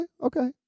okay